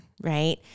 right